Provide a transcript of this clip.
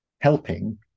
helping